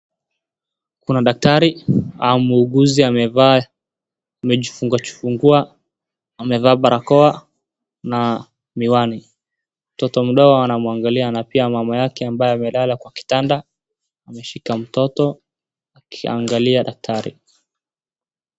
Kuna daktari au muuguzi amevaa, amejifungajifungua amevaa barakoa na miwani, mtoto mdogo anamwangalia na pia mama yake ambaye amelala kwa kitanda ameshika mtoto akiangalia daktari.